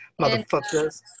motherfuckers